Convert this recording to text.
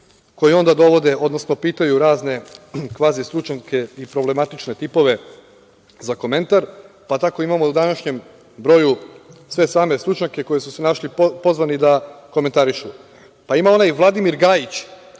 koji onda dovode, odnosno pitaju razne kvazi stručnjake i problematične tipove za komentar, pa tako imamo u današnjem broju sve same stručnjake koji su se našli pozvani da komentarišu. Ima onaj Vladimir Gajić,